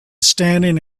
standing